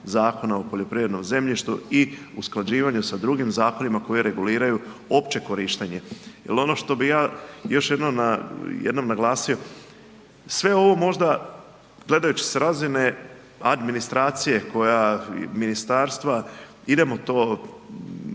Zakona o poljoprivrednom zemljištu i usklađivanju sa drugim zakonima koji reguliraju opće korištenje. Jer ono što bih ja još jednom naglasio. Sve ovo možda gledajući s razine administracije koja ministarstva, idemo to